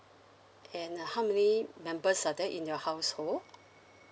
and uh how many members are there in your household